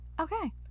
Okay